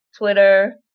Twitter